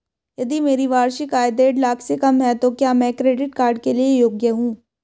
यदि मेरी वार्षिक आय देढ़ लाख से कम है तो क्या मैं क्रेडिट कार्ड के लिए योग्य हूँ?